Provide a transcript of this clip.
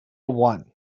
one